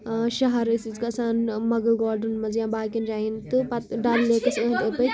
شہر ٲسۍ أسۍ گژھان مۄگُل گارڈٕنن منٛز یا باقین جاین تہٕ پَتہٕ ڈل لیکَس